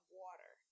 water